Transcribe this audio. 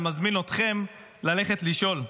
אני מזמין אתכם ללכת לשאול.